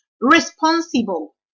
Responsible